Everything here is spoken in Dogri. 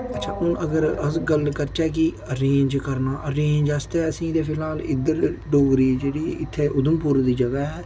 अच्छा हून अगर अस गल्ल करचै कि अरेंज करना अरेंज आस्तै असेंगी ते फिलहाल इद्धर डोगरी जेह्ड़ी इत्थै उधमपुर दी जगह् ऐ